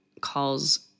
calls